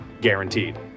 guaranteed